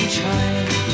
trying